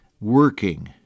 working